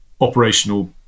operational